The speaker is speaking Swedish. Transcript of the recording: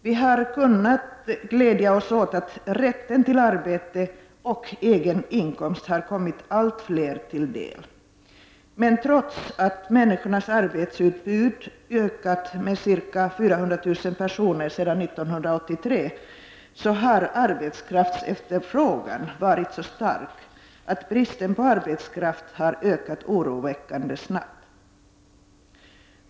Vi har kunnat glädja oss åt att rätten till arbete och egen inkomst har kommit allt fler till del, men trots att människornas arbetsutbud ökat med ca 400 000 personer sedan 1983 har arbetskraftsefterfrågan varit så stark att bristen på arbetskraft har ökat oroväckande snabbt.